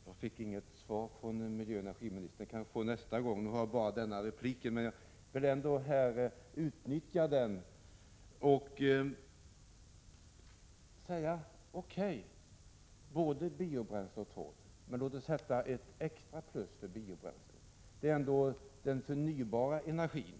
Herr talman! Jag fick inget svar från miljöoch energiministern. Jag kanske får det i hennes nästa anförande. Nu har jag bara den här repliken kvar, och jag vill ändå utnyttja den. O. K., vi skall ha både biobränsle och torv, men låt oss sätta ett extra plus för biobränsle — det är ändå den förnybara energin.